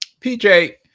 PJ